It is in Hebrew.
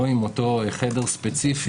או עם אותו חדר ספציפי,